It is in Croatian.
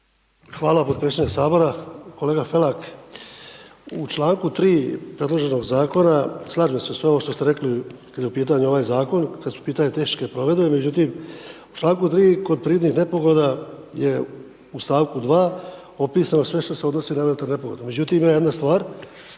Hvala potpredsjedniče Sabora. Kolega Felak, u čl. 3. predloženog Zakona, slažem se s vama ovo što ste rekli kad je u pitanju ovaj Zakon, kad su u pitanju tehničke provedbe. Međutim, u čl. 3. kod prirodnih nepogoda je u st. 2. opisano sve što se odnosi na elementarne nepogode.